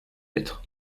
lettres